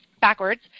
backwards